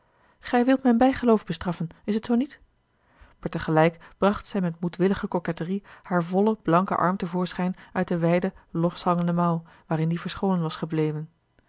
gij wilt mijn bijgeloof bestraffen is het zoo niet maar tegelijk bracht zij met moedwillige coquetterie haar vollen blanken arm te voorschijn uit de wijde loshangende mouw waarin die verscholen was gebleven